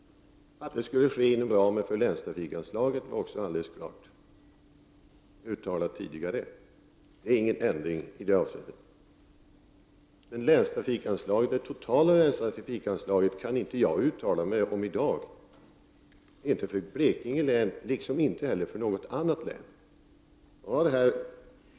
Att det skulle ske inom ramen för länstrafikanslaget är också alldeles klart uttalat. Det har inte skett någon ändring i detta avseende. Det totala trafikanslaget kan jag inte uttala mig om i dag vare sig för Blekinge län eller för något annat län.